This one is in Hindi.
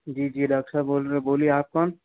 जी जी डॉक्टर साहब बोल रहे हैं बोलिए आप कौन